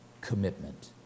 Commitment